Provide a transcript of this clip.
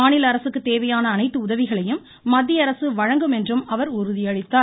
மாநில அரசுக்கு தேவையான அனைத்து உதவிகளையும் மத்தியஅரசு வழங்கும் என்றும் அவர் உறுதி அளித்தார்